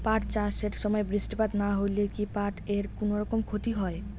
পাট চাষ এর সময় বৃষ্টিপাত না হইলে কি পাট এর কুনোরকম ক্ষতি হয়?